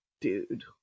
Dude